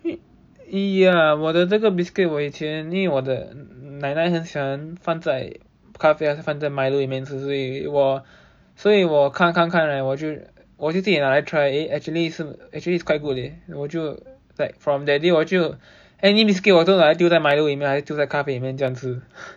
ya 我的这个 biscuit 我以前因为我的奶奶很喜欢放在咖啡还是 like Milo 里面吃所以我所以我看看看我就我就自己来 try actually 是 actually it is quite good leh 我就 like from that day 我就 any biscuit 我都拿来丢在 Milo 还是丢在咖啡里面这样吃